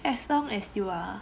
as long as you are